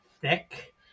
thick